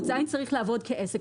הוא עדיין צריך לעבוד כעסק,